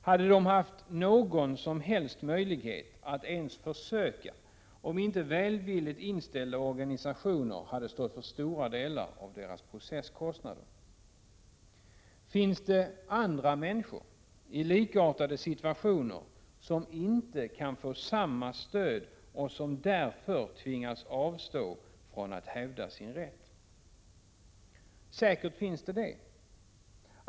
Hade de haft någon som helst möjlighet att ens försöka, om inte välvilligt inställda organisationer hade stått för stora delar av deras processkostnader? Finns det andra människor i likartade situationer som inte kan få samma stöd och som därför tvingas avstå från att hävda sin rätt? Säkert är det så.